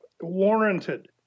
warranted